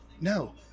No